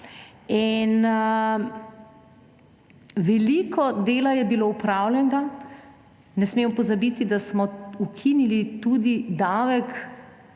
Veliko dela je bilo opravljenega, ne smemo pozabiti, da smo ukinili tudi davek